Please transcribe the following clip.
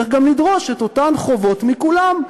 צריך גם לדרוש את אותן חובות מכולם.